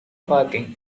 parking